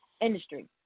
industry